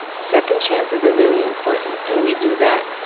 second chances are really important and we do that.